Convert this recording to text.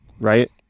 right